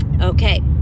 Okay